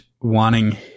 wanting